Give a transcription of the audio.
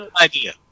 idea